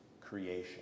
creation